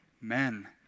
men